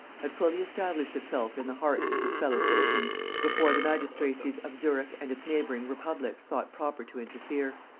had fully established itself in the hearts of his fellow-citizens before the magistracies of zurich and its neighbouring republics thought proper to interfere.